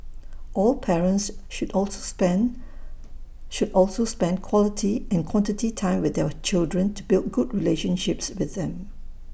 all parents should also spend should also spend quality and quantity time with their children to build good relationships with them